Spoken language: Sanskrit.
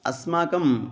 अस्माकम्